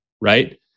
right